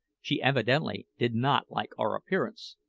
she evidently did not like our appearance,